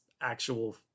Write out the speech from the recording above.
actual